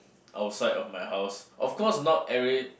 outside of my house of course not every